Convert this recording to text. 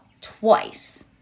twice